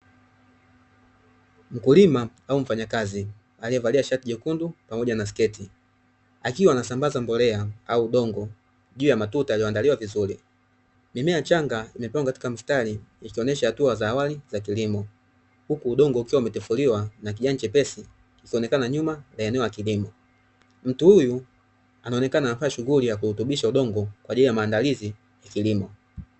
Mkulima au mfanyakazi, aliye valia shati jekundu pamoja na sketi. Akiwa anasambaza mbolea au udongo juu ya matuta yaliyoandaliwa vizuri. Mimea changa imepangwa katika mstari ikionyesha hatua za awali za kilimo. Huku udongo ukiwa umetifuliwa na kijani chepesi kikionekana nyuma ya eneo la kilimo. Mtu huyu anaonekana anafanya shughuli ya kurutubisha udongo, kwa ajili ya maandalizi ya kilimo.